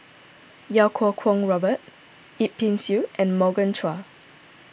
Iau Kuo Kwong Robert Yip Pin Xiu and Morgan Chua